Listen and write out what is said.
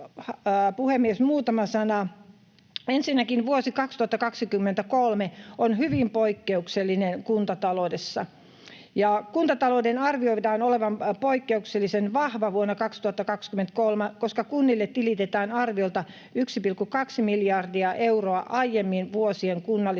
Ensinnäkin vuosi 2023 on hyvin poikkeuksellinen kuntataloudessa. Kuntatalouden arvioidaan olevan poikkeuksellisen vahva vuonna 2023, koska kunnille tilitetään arviolta 1,2 miljardia euroa aiempien vuosien kunnallisveroja.